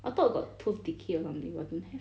I thought got tooth decay or something